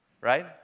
Right